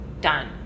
done